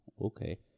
Okay